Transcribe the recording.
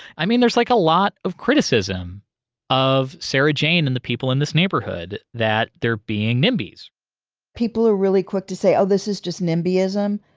i mean there's like a lot of criticism of sarahjane and the people in this neighborhood that they're being nimbys people are really quick to say, oh this is just nimby-ism,